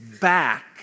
back